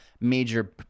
major